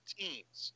teams